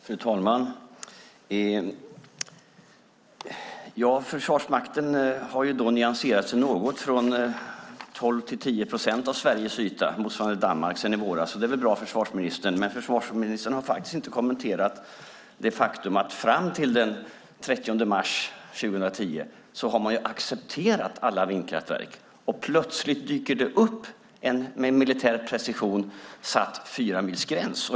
Fru talman! Ja, Försvarsmakten har nyanserat sig något - från 12 till 10 procent av Sveriges yta, motsvarande Danmark, sedan i våras. Det är väl bra. Försvarsministern har dock inte kommenterat det faktum att man fram till den 30 mars 2010 har accepterat alla vindkraftverk. Plötsligt dyker det upp en med militär precision satt fyramilsgräns.